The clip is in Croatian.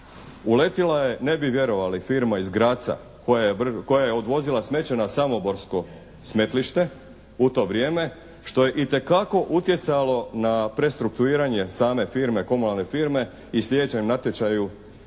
Uletila je ne bi vjerovali firma iz Graza koja je odvozila smeće na samoborsko smetlište u to vrijeme što je itekako utjecalo na prestrukturiranje same firme, komunalne firme i u slijedećem natječaju koncesiju